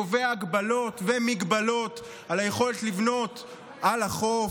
קובע ההגבלות ומגבלות על היכולת לבנות על החוף.